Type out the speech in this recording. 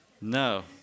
No